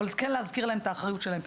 אבל כן להזכיר להם את האחריות שלהם.